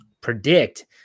predict